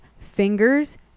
fingers